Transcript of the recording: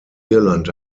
irland